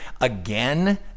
again